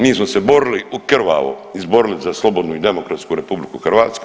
Mi smo se borili u krvavo izborili za slobodnu i demokratsku RH.